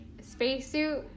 spacesuit